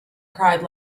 cried